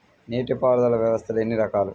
నీటిపారుదల వ్యవస్థలు ఎన్ని రకాలు?